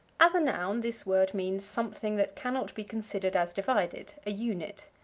as a noun, this word means something that cannot be considered as divided, a unit.